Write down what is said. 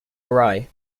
awry